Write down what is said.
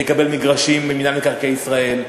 ויקבל מגרשים ממינהל מקרקעי ישראל,